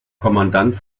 kommandant